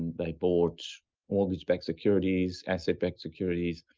and they bought mortgage-backed securities, asset-backed securities,